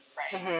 right